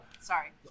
Sorry